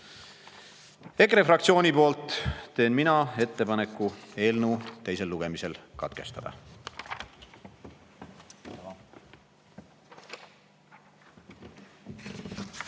EKRE fraktsiooni poolt teen ettepaneku eelnõu teine lugemine katkestada.